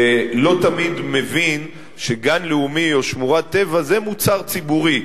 הוא לא תמיד מבין שגן לאומי או שמורת טבע זה מוצר ציבורי.